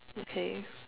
okay